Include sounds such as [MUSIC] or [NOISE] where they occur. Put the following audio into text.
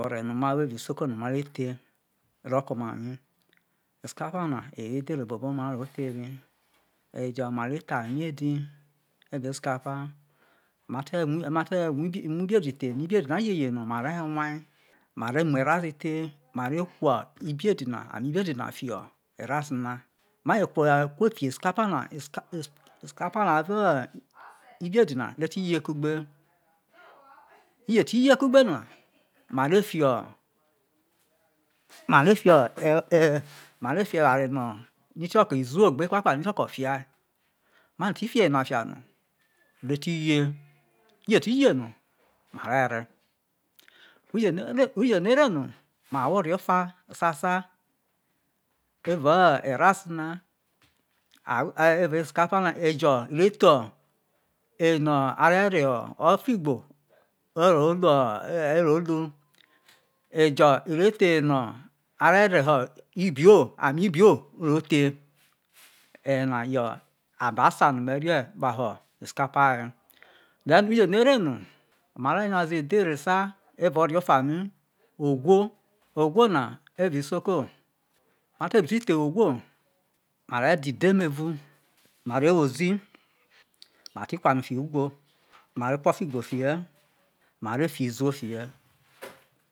Ore no̠ ma wo evao isoko na no mare the ro ke oma mi isikapa na awo edhere bu obu no aro the ri ejo̠ ma re the ame edi evao isi kapa mate muibi di the ibiedi na je ye no ma re w ma re muo erase the ma ve kuo ame ibiedi na ho erase na maje kue fiho̠ isibapa na isikapa isi isi isikapa na a [NOISE] avo̠ ibiedi na ave ti ye kugbe ije ti ye kugbe no na mare fio̠ mare fio e̠ e̠ eware no ikio̠ko̠ iziwo gbe e kwa kwa ni kioko ti a maje ti fi eware na fia no i ve ti ye, ije ti ye no mare̠ re, uje ne ere no ma wo ore ofa saga evao erase na evao isikapa na ejo̠ ire tho eno̠ are̠ reho o̠ ofigo ero lu ejo̠ are the eno̠ are̠ reho̠ ibio ame ibio ro the eyena yo̠ abasa no me̠ rie̠ kpalo̠ isikapa ya, then uje nere no mare nyaze edhere se ogwo, ogwo na evao isoko mate biti the ogwo ma re de̠ idemevo mare wo ozi mati kuo̠ ame fiho̠ ugwo mati kuo̠ o̠figbo fiyo mare fi iziwo fi ye̠.